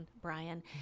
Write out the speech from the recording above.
Brian